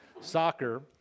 soccer